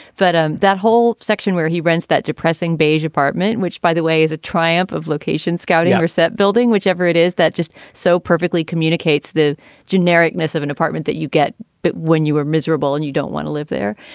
but ah that whole section where he rents that depressing beige apartment, which, by the way, is a triumph of location scouting, asset building, whichever it is that just so perfectly communicates the generic mess of an apartment that you get. but when you are miserable and you don't want to live there.